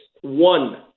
one